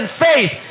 faith